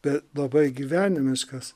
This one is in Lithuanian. bet labai gyvenimiškas